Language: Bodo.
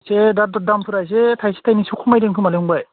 एसे दाथ' दामफोरा एसे थाइसे थाइनैसो खमायदों खोमालै फंबाय